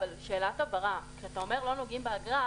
שאלת הבהרה: אתה אומר "לא נוגעים באגרה",